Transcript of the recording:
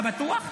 אתה בטוח?